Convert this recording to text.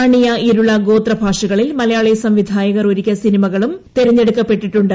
പണിയ ഇരുള ഗോത്ര ഭാഷകളിൽ മലയാളി സംവിധായകർ ഒരുക്കിയ സിനിമകളും തെരഞ്ഞെടുക്കപ്പെട്ടിട്ടുണ്ട്